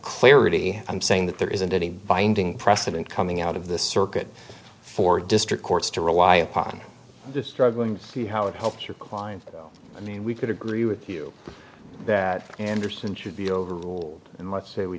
clarity i'm saying that there isn't any binding precedent coming out of the circuit for district courts to rely upon this struggling to see how it helps your client i mean we could agree with you that andersen should be overruled and let's say we